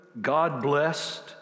God-blessed